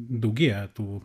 daugėja tų